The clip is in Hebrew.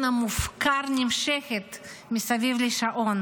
המופקר נמשכות מסביב לשעון.